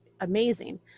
amazing